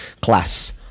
class